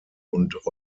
und